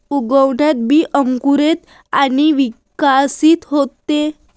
उगवणात बी अंकुरते आणि विकसित होते